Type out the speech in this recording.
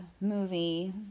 movie